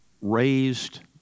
raised